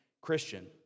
Christian